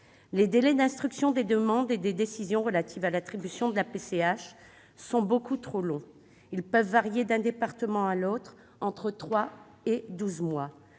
Les délais d'instruction des demandes et des décisions relatives à l'attribution de la PCH sont beaucoup trop longs. Ils peuvent varier d'un département à l'autre de trois à douze mois.